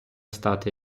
стати